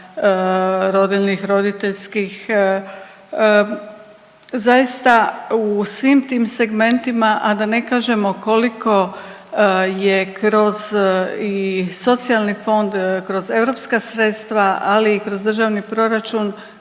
rodiljnih, roditeljskih. Zaista u svim tim segmentima, a da ne kažemo koliko je kroz i socijalni fond, kroz europska sredstva, ali i kroz državni proračun